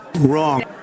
Wrong